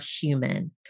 human